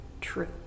true